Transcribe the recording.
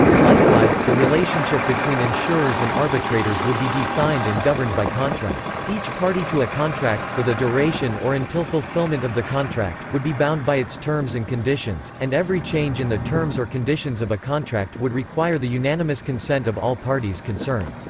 likewise, the relationship between insurers and arbitrators would be defined and governed by contract. each party to a contract, for the duration or until fulfillment of the contract, would be bound by its terms and conditions and every change in the terms or conditions of a contract would require the unanimous consent of all parties concerned.